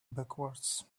backwards